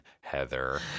Heather